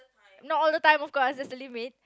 no all the time of course just a limit